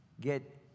get